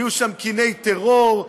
נהיו שם קיני טרור,